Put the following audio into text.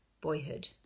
Boyhood